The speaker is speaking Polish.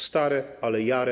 Stare, ale jare.